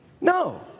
No